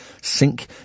sink